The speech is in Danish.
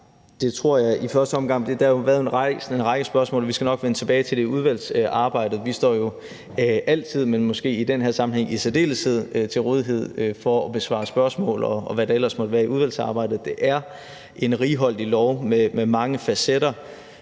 som er gældende i dag. Der er blevet rejst en række spørgsmål, og vi skal nok vende tilbage til det i udvalgsarbejdet. Vi står jo altid – og måske i den her sammenhæng i særdeleshed – til rådighed for at besvare spørgsmål, og hvad der ellers måtte være i udvalgsarbejdet. Det er en righoldig lov med mange facetter,